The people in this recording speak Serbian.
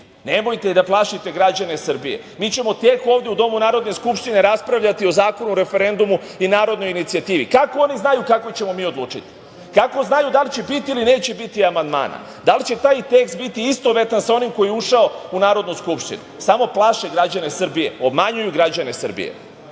Nemojte da plašite građane Srbije. Mi ćemo tek ovde u domu Narodne skupštine raspravljati o Zakonu o referendumu i narodnoj inicijativi. Kako oni znaju kako ćemo mi odlučiti? Kako znaju da li će biti ili neće biti amandmana? Da li će taj tekst biti istovetan sa onim koji je ušao u Narodnu skupštinu? Samo plaše građane Srbije, obmanjuju građane Srbije. Setite